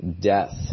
death